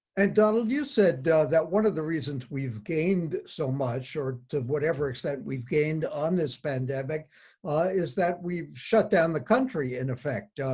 and donald, you said that one of the reasons we've gained so much or to whatever extent we've gained on this pandemic ah is that we've shut down the country in effect.